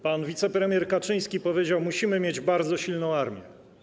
Pan wicepremier Kaczyński powiedział: musimy mieć bardzo silną armię.